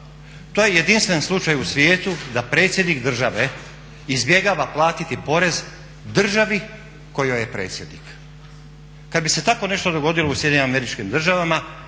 To je jedinstven slučaj u svijetu da predsjednik države izbjegava platiti porez državi kojoj je predsjednik. Kada bi se tako nešto dogodilo u SAD-u Vrhovni sud američki bi reagirao